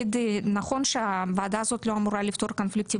נכון שהוועדה הזאת לא אמורה לפתור קונפליקטים